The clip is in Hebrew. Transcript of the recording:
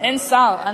אין שר.